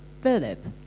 Philip